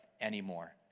anymore